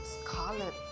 scarlet